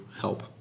help